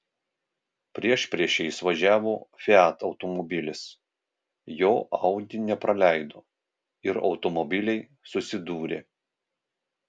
priešpriešiais važiavo fiat automobilis jo audi nepraleido ir automobiliai susidūrė